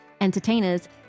entertainers